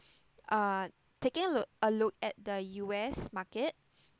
uh taking a look a look at the U_S market